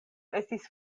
estis